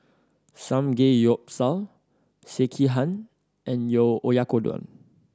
Samgeyopsal Sekihan and Oyakodon